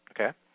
okay